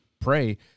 pray